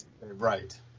right